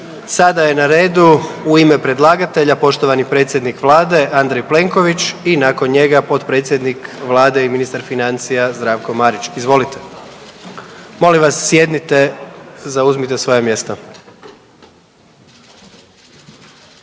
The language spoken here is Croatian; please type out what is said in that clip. Sada je na redu u ime predlagatelja poštovani predsjednik Vlade Andrej Plenković i nakon njega potpredsjednik Vlada i ministar financija Zdravko Marić. Izvolite. Molim vas sjednite i zauzmite svoja mjesta.